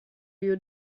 you